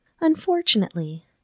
Unfortunately